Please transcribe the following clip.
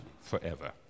forever